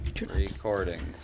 recording